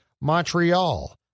Montreal